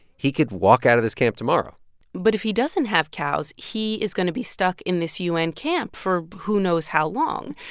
he could walk out of this camp tomorrow but if he doesn't have cows, he is going to be stuck in this u n. camp for who knows how long.